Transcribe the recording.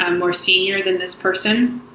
and more senior than this person,